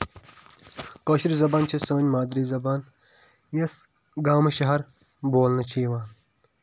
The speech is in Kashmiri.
کٲشِر زَبان چھِ سٲنۍ مادری زَبان یۄس گامہٕ شہر بولنہٕ چھِ یِوان